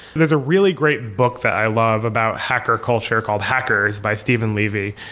there's a really great book that i love about hacker culture, called hackers by steven levy.